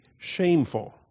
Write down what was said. Shameful